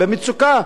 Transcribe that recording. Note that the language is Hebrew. במצוקה.